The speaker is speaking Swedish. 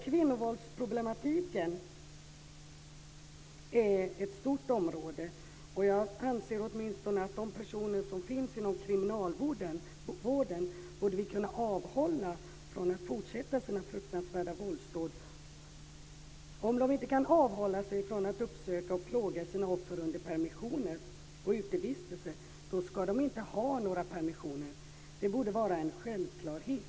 Kvinnovåldsproblematiken är ett stort område. Jag anser att vi borde kunna avhålla åtminstone de personer som finns inom kriminalvården från att fortsätta med sina fruktansvärda våldsdåd. Om de inte kan avhålla sig från att uppsöka och plåga sina offer under permissioner och utevistelser ska de inte ha några permissioner. Det borde vara en självklarhet.